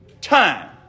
time